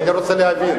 אני רוצה להבין.